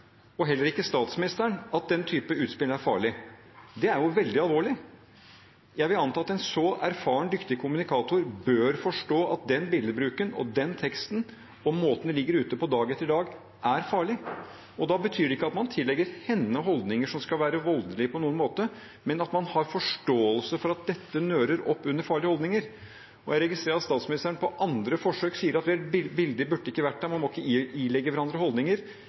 og heller ikke statsministeren, forstår at den typen utspill er farlig, er det veldig alvorlig. Jeg vil anta at en så erfaren og dyktig kommunikator bør forstå at den billedbruken og den teksten og måten det ligger ute på dag etter dag, er farlig. Det betyr ikke at man tillegger henne holdninger som skal være voldelige på noen måte, men at man ikke har forståelse for at det nører opp under farlige holdninger. Jeg registrerer at statsministeren på andre forsøk sier at bildet ikke burde vært der, og at man ikke må tillegge hverandre holdninger.